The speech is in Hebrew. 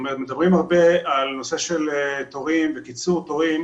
מדברים הרבה על נושא של תורים וקיצור תורים